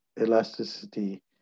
elasticity